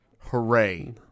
Hooray